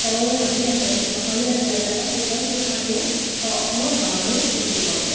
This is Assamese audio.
তললৈ নামি আহে এই পাহাৰীয়া জিলাবিলাকত তেতিয়াও সেই পানীয়ে অসমত বানপানীৰ সৃষ্টি কৰে